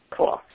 Cool